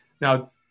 now